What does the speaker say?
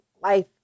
life